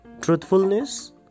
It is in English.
Truthfulness